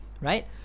right